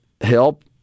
help